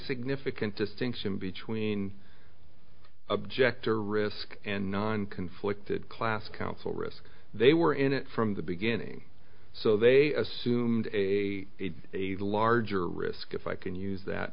significant distinction between objector risk and non conflicted class counsel risk they were in it from the beginning so they assumed a larger risk if i can use that